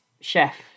chef